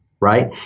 Right